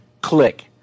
click